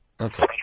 Okay